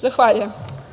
Zahvaljujem.